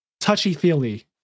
touchy-feely